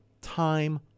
time